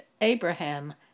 Abraham